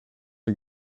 are